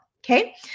Okay